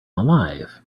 alive